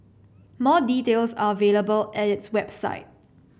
more details are available at its website